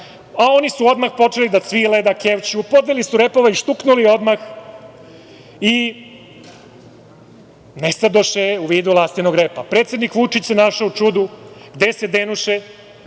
a oni su odmah počeli da cvile, da kevću, podvili su repove i štuknuli odmah i nestadoše u vidu lastinog repa. Predsednik Vučić se našao u čudu gde se denuše,